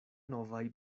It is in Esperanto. novaj